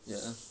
ya